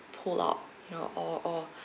pull out you know all all